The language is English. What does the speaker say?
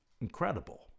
incredible